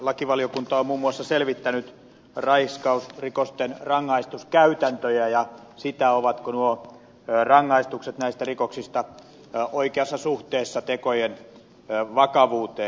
lakivaliokunta on muun muassa selvittänyt raiskausrikosten rangaistuskäytäntöjä ja sitä ovatko rangaistukset näistä rikoksista oikeassa suhteessa tekojen vakavuuteen